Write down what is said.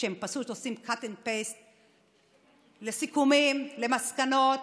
שהם פשוט העתק-הדבק לסיכומים, למסקנות,